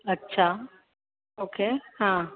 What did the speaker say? अच्छा ओके हा